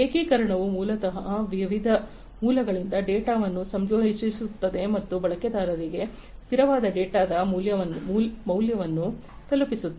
ಏಕೀಕರಣವು ಮೂಲತಃ ವಿವಿಧ ಮೂಲಗಳಿಂದ ಡೇಟಾವನ್ನು ಸಂಯೋಜಿಸುತ್ತದೆ ಮತ್ತು ಬಳಕೆದಾರರಿಗೆ ಸ್ಥಿರವಾದ ಡೇಟಾ ಮೌಲ್ಯವನ್ನು ತಲುಪಿಸುತ್ತದೆ